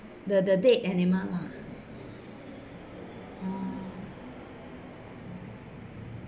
the the dead animal lah orh